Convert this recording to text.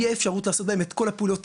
יהיה אפשרות לעשות בהם את כל הפעולות,